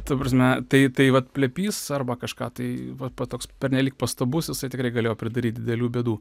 ta prasme tai vat plepys arba kažką tai vat toks pernelyg pastabus jisai tikrai galėjo pridaryt didelių bėdų